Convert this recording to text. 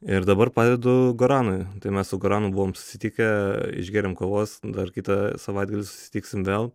ir dabar padedu goranui tai mes su goranu buvom susitikę išgėrėm kavos dar kitą savaitgalį susitiksim vėl